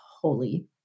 holy